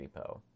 repo